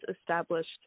established